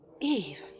Eve